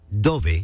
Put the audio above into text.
Dove